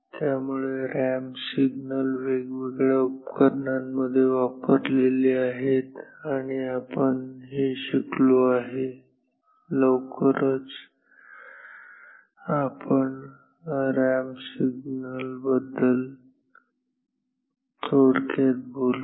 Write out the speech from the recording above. त्यामुळे ramp signal वेगवेगळ्या उपकरणांमध्ये वापरलेले आहेत हे आपण शिकलो आहे आपण लवकरच रॅम सिग्नल बद्दल थोडक्यात बोलू